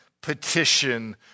petition